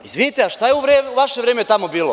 Izvinite, a šta je u vaše vreme tamo bilo?